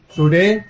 Today